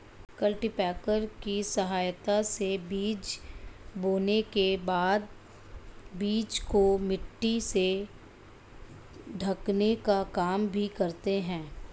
cultipacker की सहायता से बीज बोने के बाद बीज को मिट्टी से ढकने का काम भी करते है